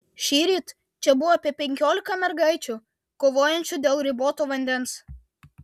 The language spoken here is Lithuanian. šįryt čia buvo apie penkiolika mergaičių kovojančių dėl riboto vandens